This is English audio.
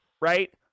right